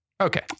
okay